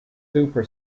super